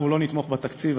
אנחנו לא נתמוך בתקציב.